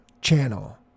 channel